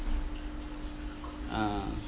uh